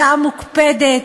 הצעה מוקפדת,